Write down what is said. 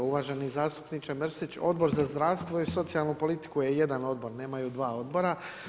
Evo uvaženi zastupniče Mrsić, Odbor za zdravstvo i socijalnu politiku je jedan odbor, nemaju dva odbora.